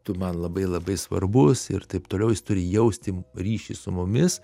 tu man labai labai svarbus ir taip toliau jis turi jausti ryšį su mumis